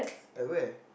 at where